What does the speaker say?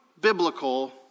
biblical